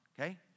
Okay